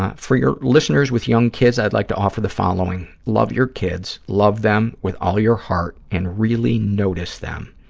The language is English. ah for your listeners with young kids, i'd like to offer the following. love your kids, love them with all your heart, and really notice them.